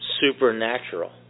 supernatural